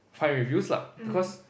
find reviews lah because